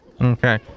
Okay